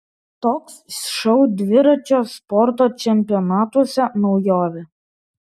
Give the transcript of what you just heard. toks šou dviračio sporto čempionatuose naujovė